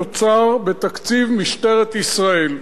הגירעון שנוצר בתקציב משטרת ישראל.